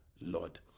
Lord